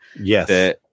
yes